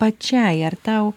pačiai ar tau